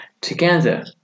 together